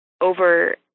over